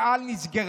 אל על נסגרה,